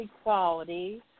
equality